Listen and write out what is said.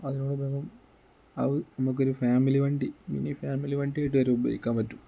അതിനോട് ആ നമുക്കൊരു ഫാമിലി വണ്ടി മിനി ഫാമിലി വണ്ടിയായിട്ടുവരെ ഉപയോഗിക്കാൻ പറ്റും